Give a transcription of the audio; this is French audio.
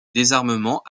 désarmement